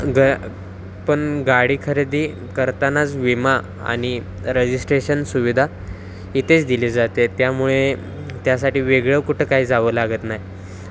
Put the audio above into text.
ग पण गाडी खरेदी करतानाच विमा आणि रजिस्ट्रेशन सुविधा इथेच दिली जाते त्यामुळे त्यासाठी वेगळं कुठं काय जावं लागत नाही